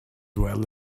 well